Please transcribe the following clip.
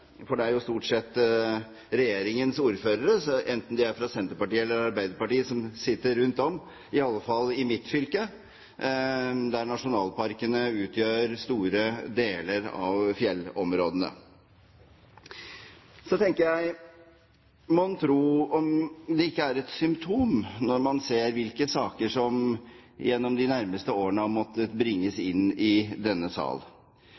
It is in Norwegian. For det er jo stort sett regjeringens ordførere, enten de er fra Senterpartiet, eller de er fra Arbeiderpartiet, som sitter rundt omkring – i alle fall i mitt fylke – der nasjonalparkene utgjør store deler av fjellområdene. Så tenker jeg: Mon tro om det ikke er et symptom, når man ser hvilke saker som gjennom de nærmeste årene har måttet bringes inn i denne sal?